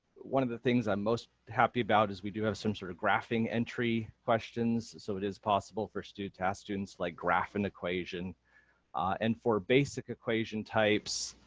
one of the things i'm most happy about is we do have some sort of graphing entry questions, so it is possible for students ah students like graph an equation and for basic equation types,